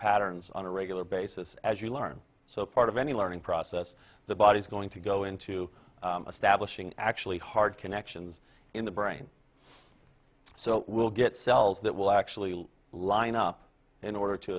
patterns on a regular basis as we learn so part of any learning process the body's going to go into a stab wishing actually hard connections in the brain so we'll get cells that will actually line up in order to